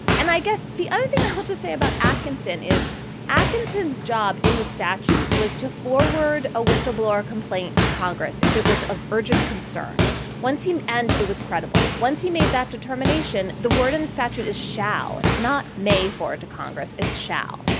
and i guess the other thing i want to say about atkinson is atkinson's job in the statute was to four-word a whistleblower complaint to congress if it was of urgent concern once him. and it was credible once he made that determination. the word in the statute is shall it's not made for it to congress. it's shall.